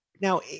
now